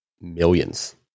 Millions